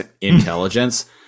intelligence